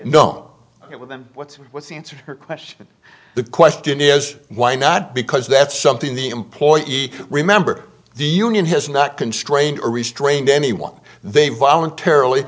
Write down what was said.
with them what's what's the answer her question the question is why not because that's something the employee remember the union has not constrained or restrained anyone they voluntarily